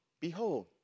Behold